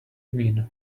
mean